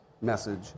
message